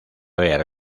ver